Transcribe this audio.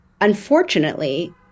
unfortunately